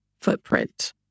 footprint